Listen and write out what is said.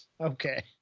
Okay